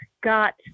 got